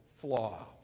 flaw